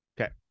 okay